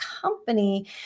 company